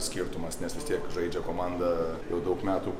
skirtumas nes vis tiek žaidžia komanda jau daug metų